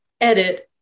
edit